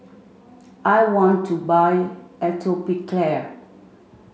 I want to buy Atopiclair